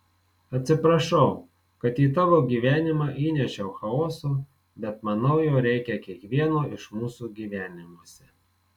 atsiprašau kad į tavo gyvenimą įnešiau chaoso bet manau jo reikia kiekvieno iš mūsų gyvenimuose